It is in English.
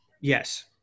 Yes